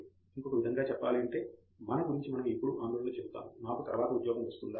ఇంకొక విధముగా చెప్పాలంటే మన గురించి మనము ఎల్లప్పుడూ ఆందోళన చెందుతాము నాకు తరువాత ఉద్యోగం వస్తుందా